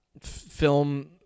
film